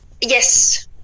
Yes